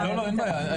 אין בעיה,